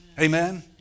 Amen